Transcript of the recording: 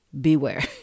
Beware